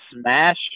smash